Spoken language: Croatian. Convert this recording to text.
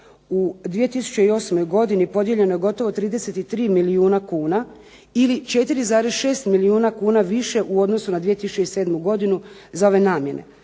U 2008. godini podijeljeno je gotovo 33 milijuna kuna ili 4,6 milijuna kuna više u odnosu na 2007. godinu za ove namjene.